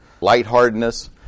lightheartedness